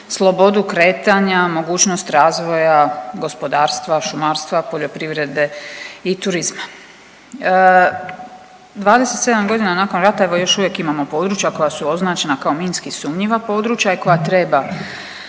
slobodu kretanja, mogućnost razvoja gospodarstva, šumarstva, poljoprivrede i turizma. 27.g. nakon rata evo još uvijek imamo područja koja su označena kao minski sumnjiva područja i koja treba